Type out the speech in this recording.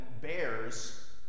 bears